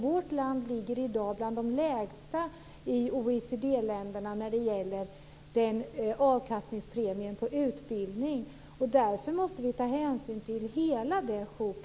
Vårt land ligger i dag bland de sämsta i OECD-länderna när det gäller avkastningspremien på utbildning. Därför måste vi ta hänsyn till hela det sjoket.